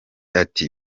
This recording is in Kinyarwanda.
ati